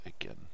again